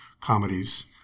comedies